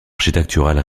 architectural